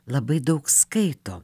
labai daug skaito